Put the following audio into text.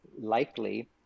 likely